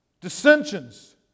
dissensions